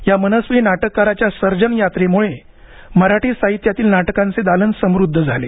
या मनस्वी नाटककाराच्या सर्जनयात्रेमुळे मराठी साहित्यातील नाटकांचे दालन समुद्ध झाले